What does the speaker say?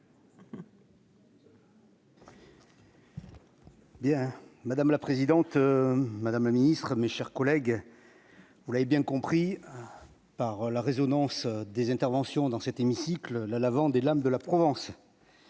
madame la présidente, Madame la Ministre, mes chers collègues, vous l'avez bien compris par la résonance des interventions dans cet hémicycle, la lavande et l'homme de la Provence